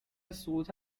سقوط